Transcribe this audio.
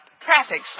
traffic